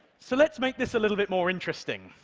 so let's make this a little bit more interesting.